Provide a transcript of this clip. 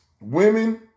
women